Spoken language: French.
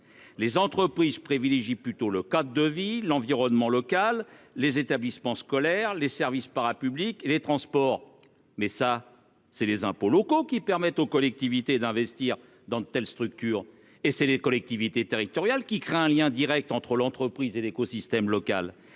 les entreprises privilégient plutôt le cas de vie l'environnement local, les établissements scolaires, les services para-public, les transports, mais ça c'est les impôts locaux qui permet aux collectivités d'investir dans de telles structures et c'est les collectivités territoriales qui craint un lien Direct entre l'entreprise et l'écosystème local